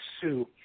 sue